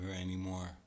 anymore